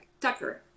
Tucker